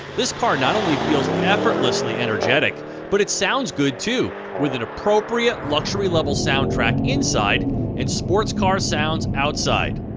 this car not only feels effortlessly energetic but it sounds good too with an appropriate, luxury-level soundtrack inside and sports car sounds outside.